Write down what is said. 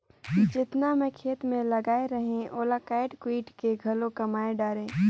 जेतना मैं खेत मे लगाए रहें ओला कायट कुइट के घलो कमाय डारें